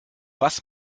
was